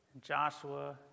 Joshua